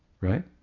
right